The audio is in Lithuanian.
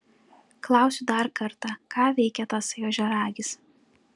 klausiu dar kartą ką veikia tasai ožiaragis